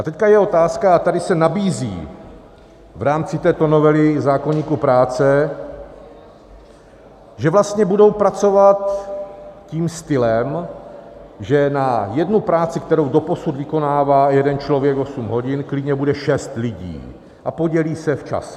A teď je otázka a tady se nabízí v rámci této novely zákoníku práce, že vlastně budou pracovat tím stylem, že na jednu práci, kterou doposud vykonává jeden člověk 8 hodin, klidně bude šest lidí a podělí se v čase.